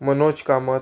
Manoj Kamat